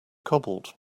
cobalt